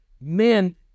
man